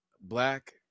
Black